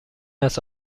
است